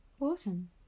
Awesome